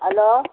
hello